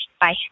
Bye